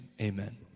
amen